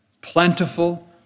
Plentiful